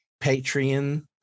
Patreon